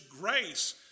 grace